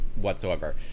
whatsoever